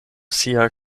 sia